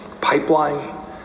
pipeline